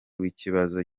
w’ikibazo